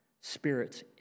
spirits